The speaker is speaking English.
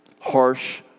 Harsh